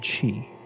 chi